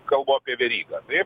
kalbu apie verygą taip